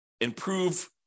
improve